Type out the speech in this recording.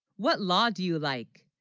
what law, do you like